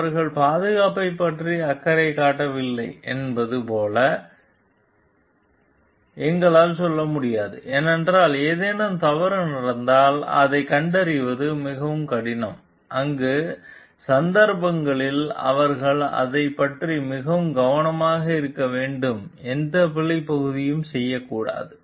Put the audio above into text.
அவர்கள் பாதுகாப்பைப் பற்றி அக்கறை காட்டவில்லை என்பது போல எங்களால் சொல்ல முடியாது ஏனென்றால் ஏதேனும் தவறு நடந்தால் அதைக் கண்டறிவது மிகவும் கடினம் அந்த சந்தர்ப்பங்களில் அவர்கள் அதைப் பற்றி மிகவும் கவனமாக இருக்க வேண்டும் எந்த பிழை பகுதியையும் செய்யக்கூடாது